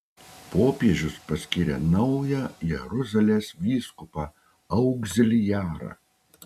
popiežius paskyrė naują jeruzalės vyskupą augziliarą